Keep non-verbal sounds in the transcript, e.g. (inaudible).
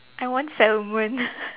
I want salmon (laughs)